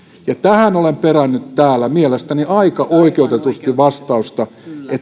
tähän olen perännyt täällä mielestäni aika oikeutetusti vastausta